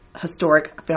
historic